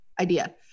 idea